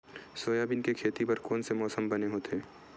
Soybean के खेती बर कोन से मौसम बने होथे?